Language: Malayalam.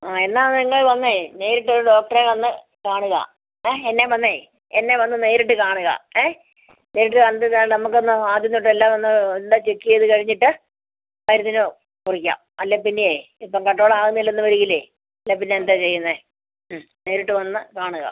ആ എന്നാൽ നിങ്ങൾ വന്ന് നേരിട്ട് ഒരു ഡോക്ടറെ വന്ന് കാണുക ആ എന്നെ വന്ന് എന്നെ വന്ന് നേരിട്ട് കാണുക നേരിട്ട് കണ്ടിട്ട് നമുക്ക് എന്നാൽ ആദ്യം തൊട്ട് എല്ലാം ഒന്ന് എല്ലാം ചെക്ക് ചെയ്ത് കഴിഞ്ഞിട്ട് മരുന്നിന് കുറിക്കാം അല്ലേൽ പിന്നെയെ ഇപ്പോൾ കൺട്രോൾ ആകുന്നില്ലെന്ന് വരുകയില്ലെ അല്ലേൽ പിന്നെ എന്താ ചെയ്യുന്നെ നേരിട്ട് വന്ന് കാണുക